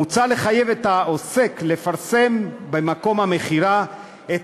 מוצע לחייב את העוסק לפרסם במקום המכירה את